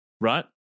right